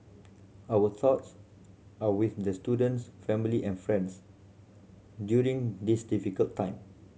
our thoughts are with the student's family and friends during this difficult time